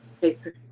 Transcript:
Paper